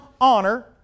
honor